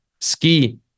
ski